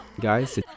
Guys